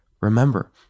Remember